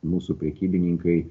mūsų prekybininkai